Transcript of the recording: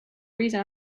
reason